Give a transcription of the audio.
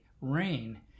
rain